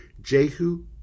Jehu